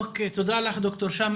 תודה לך, ד"ר האמה.